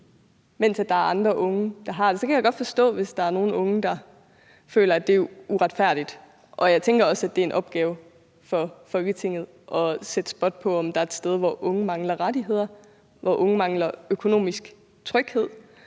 mens der er andre unge, der har det. Så kan jeg godt forstå det, hvis der er nogle unge, der føler, at det er uretfærdigt. Og jeg tænker også, at det er en opgave for Folketinget at sætte spot på, om der er et sted, hvor unge mangler rettigheder, hvor unge mangler økonomisk tryghed,